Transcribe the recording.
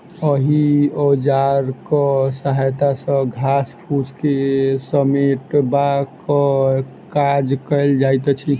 एहि औजारक सहायता सॅ घास फूस के समेटबाक काज कयल जाइत अछि